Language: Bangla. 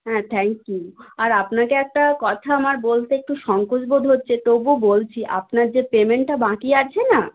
হ্যাঁ থ্যাঙ্ক ইউ আর আপনাকে একটা কথা আমার বলতে একটু সংকোচবোধ হচ্ছে তবুও বলছি আপনার যে পেমেন্টটা বাঁকি আছে না